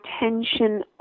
attention